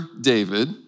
David